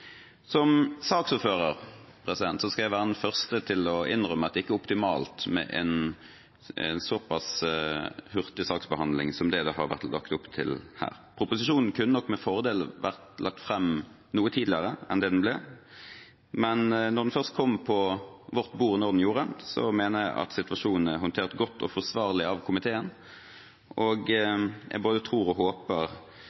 Som saksordfører skal jeg være den første til å innrømme at det ikke er optimalt med en såpass hurtig saksbehandling som det det har vært lagt opp til her. Proposisjonen kunne nok med fordel vært lagt fram noe tidligere enn det den ble, men når den først kom på vårt bord da den gjorde det, mener jeg at situasjonen er håndtert godt og forsvarlig av komiteen. Jeg både tror og